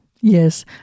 Yes